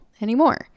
anymore